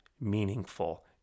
meaningful